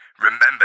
Remember